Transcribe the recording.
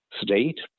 state